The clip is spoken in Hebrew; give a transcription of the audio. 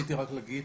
רציתי רק להגיד